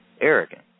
Arrogant